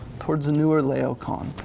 towards a newer laocoon.